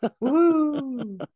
Woo